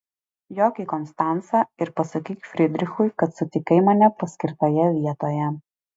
jok į konstancą ir pasakyk fridrichui kad sutikai mane paskirtoje vietoje